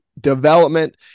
development